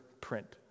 print